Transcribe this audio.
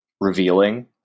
revealing